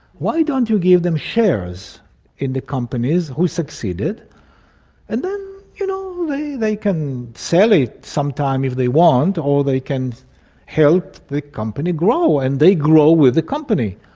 why don't you give them shares in the companies who succeeded and then you know they they can sell it some time if they want or they can help the company grow and they grow with the company.